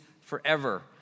forever